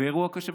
ואירוע קשה.